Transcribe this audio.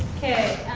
ok,